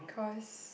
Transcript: cause